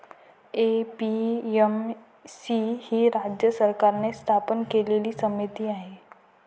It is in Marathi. ए.पी.एम.सी ही राज्य सरकारने स्थापन केलेली समिती आहे